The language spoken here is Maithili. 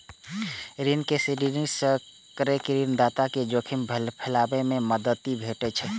ऋण के सिंडिकेट करै सं ऋणदाता कें जोखिम फैलाबै मे मदति भेटै छै